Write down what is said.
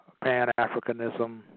pan-Africanism